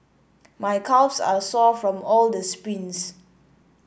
my calves are sore from all the sprints